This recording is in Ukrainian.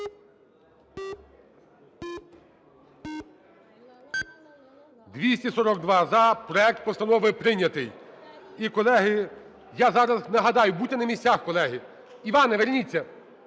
За-242 Проект постанови прийнятий. І, колеги, я зараз нагадаю… Будьте на місцях, колеги. Іване, верніться.